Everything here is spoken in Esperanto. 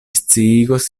sciigos